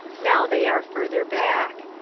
now they are further back.